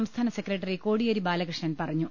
സംസ്ഥാന secretary Kodiyeri Balakrishnan പറഞ്ഞു